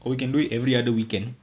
or we can do it every other weekend